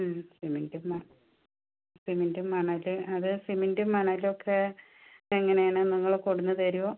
സിമെന്റും മ സിമെന്റും മണല് അത് സിമെന്റും മണലുവൊക്കെ എങ്ങനെയാണ് നിങ്ങള് കൊണ്ടുവന്ന് തരുവോ